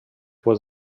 was